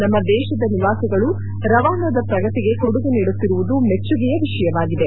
ನಮ್ಮ ದೇಶದ ನಿವಾಸಿಗಳು ರವಾಂಡದ ಪ್ರಗತಿಗೆ ಕೊಡುಗೆ ನೀಡುತ್ತಿರುವುದು ಮೆಚ್ಚುಗೆಯ ವಿಷಯವಾಗಿದೆ